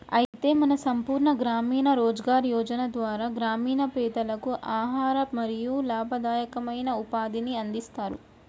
అయితే మన సంపూర్ణ గ్రామీణ రోజ్గార్ యోజన ధార గ్రామీణ పెదలకు ఆహారం మరియు లాభదాయకమైన ఉపాధిని అందిస్తారు